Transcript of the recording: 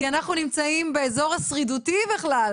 כי אנחנו נמצאים באזור של ההישרדות בכלל,